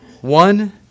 One